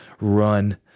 run